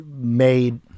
made